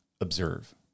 observe